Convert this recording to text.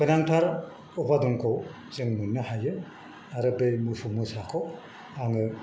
गोनांथार उपादानखौ जों मोननो हायो आरो बे मोसौ मोसाखौ आङो